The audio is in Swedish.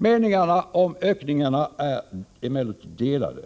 Meningarna om ökningarna är emellertid delade.